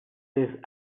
this